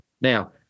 Now